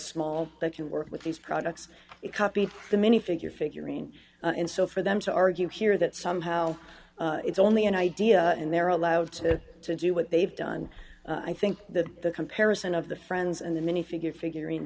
small but can work with these products copied the many figure figurine and so for them to argue here that somehow it's only an idea and they're allowed to do what they've done i think that the comparison of the friends and the many figure figuring